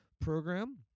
program